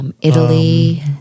Italy